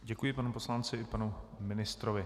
Děkuji panu poslanci i panu ministrovi.